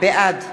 בעד